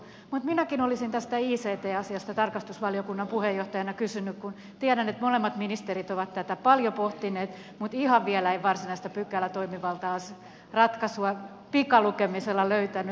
mutta minäkin olisin tästä ict asiasta tarkastusvaliokunnan puheenjohtajana kysynyt kun tiedän että molemmat ministerit ovat tätä paljon pohtineet mutta ihan vielä en varsinaista pykälätoimivaltaa ratkaisua pikalukemisella löytänyt